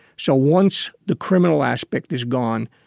so once the criminal aspect is gone,